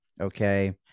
Okay